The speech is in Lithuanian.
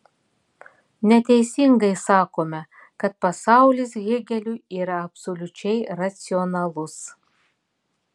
neteisingai sakome kad pasaulis hėgeliui yra absoliučiai racionalus